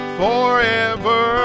forever